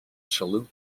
salute